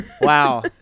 Wow